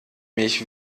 mich